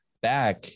back